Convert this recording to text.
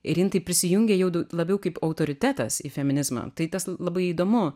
ir jin taip prisijungė jau daug labiau kaip autoritetas į feminizmą tai tas labai įdomu